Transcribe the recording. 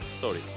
sorry